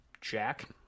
jack